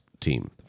team